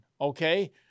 Okay